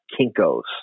Kinko's